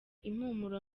impumuro